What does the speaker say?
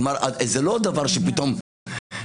כלומר, זה לא דבר שפתאום נולד.